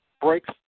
Breaks